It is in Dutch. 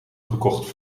gekocht